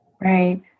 Right